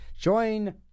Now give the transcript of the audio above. Join